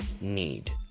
need